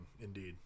indeed